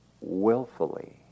willfully